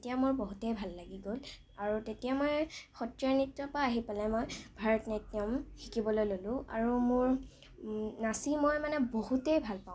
তেতিয়া মোৰ বহুতেই ভাল লাগি গ'ল আৰু তেতিয়া মই সত্ৰীয়া নৃত্যৰপৰা আহি পেলাই মই ভাৰত নাট্যম শিকিবলৈ ল'লোঁ আৰু মোৰ নাচি মই মানে বহুতেই ভালপাওঁ